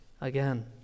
again